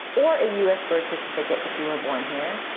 or a us birth certificate if you were born here.